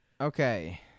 Okay